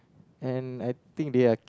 and I think they are